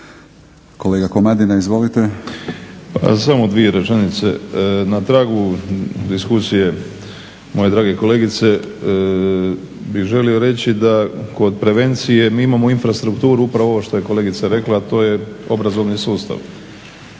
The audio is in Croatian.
**Komadina, Zlatko (SDP)** Samo u dvije rečenice. Na tragu diskusije moje drage kolegice, želio bih reći da kod prevencije mi imamo infrastrukturu upravo ovo što je kolegica rekla, a to je obrazovni sustav.